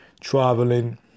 traveling